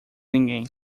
ninguém